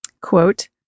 quote